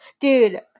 Dude